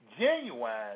genuine